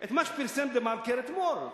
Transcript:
את מה שפרסם "דה-מרקר" אתמול,